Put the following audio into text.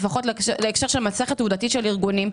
לפחות בהקשר של מסכת עובדתית של ארגונים,